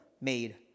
made